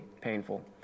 painful